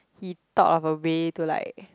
he thought of a way to like